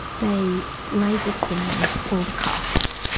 they laser-scanned all the casts.